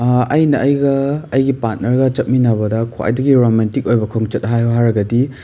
ꯑꯩꯅ ꯑꯩꯒ ꯑꯩꯒꯤ ꯄꯥꯠꯅꯔꯒ ꯆꯠꯃꯤꯟꯅꯕꯗ ꯈ꯭ꯋꯥꯏꯗꯒꯤ ꯔꯣꯅꯦꯟꯇꯤꯛ ꯑꯣꯏꯕ ꯈꯣꯡꯆꯠ ꯍꯥꯏꯌꯣ ꯍꯥꯏꯔꯒꯗꯤ